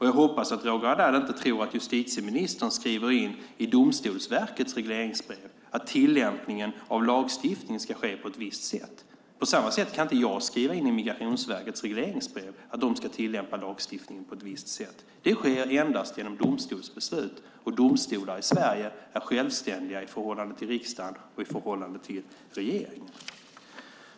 Jag hoppas att Roger Haddad inte tror att justitieministern skriver in i Domstolsverkets regleringsbrev att tillämpningen av lagstiftningen ska ske på ett visst sätt. På samma sätt kan inte jag skriva in i Migrationsverkets regleringsbrev att de ska tillämpa lagstiftningen på ett visst sätt. Det sker endast genom domstolsbeslut. Domstolar i Sverige är självständiga i förhållande till riksdagen och i förhållande till regeringen.